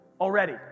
already